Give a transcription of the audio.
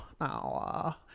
Now